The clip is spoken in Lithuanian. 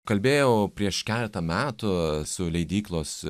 kalbėjau prieš keletą metų su leidyklos